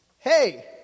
Hey